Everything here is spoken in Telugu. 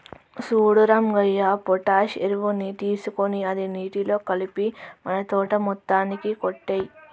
సూడు రంగయ్య పొటాష్ ఎరువుని తీసుకొని అది నీటిలో కలిపి మన తోట మొత్తానికి కొట్టేయి